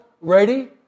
ready